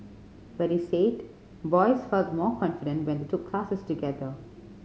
but he said boys felt more confident when they took classes together